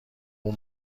اون